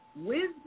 Wisdom